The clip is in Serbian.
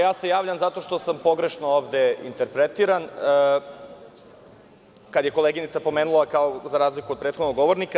Javljam se zato što sam pogrešno ovde interpretiran kada je koleginica pomenula – za razliku od prethodnog govornika.